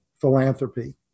philanthropy